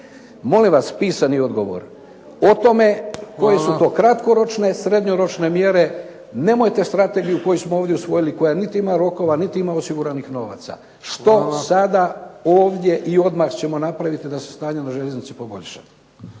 Molim vas pisani odgovor o tome koje su to kratkoročne, srednjoročne mjere. Nemojte strategiju koju smo ovdje usvojili koji niti ima rokova niti ima osiguranih novaca. Što sada ovdje i odmah ćemo napraviti da se stanje na željeznici poboljša?